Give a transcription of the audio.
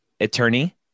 attorney